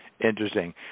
interesting